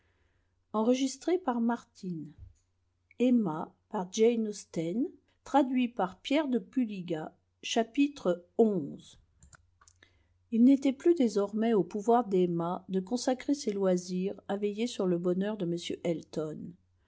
il n'était plus désormais au pouvoir d'emma de consacrer ses loisirs à veiller sur le bonheur de m elton